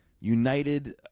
United